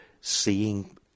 seeing